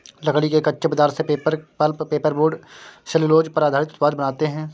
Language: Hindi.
लकड़ी के कच्चे पदार्थ से paper, pulp, paper board, cellulose पर आधारित उत्पाद बनाते हैं